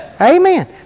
Amen